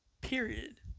period